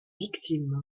victime